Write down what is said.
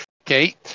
Okay